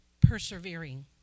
persevering